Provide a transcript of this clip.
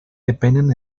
depenen